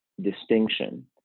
distinction